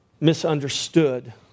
misunderstood